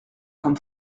comme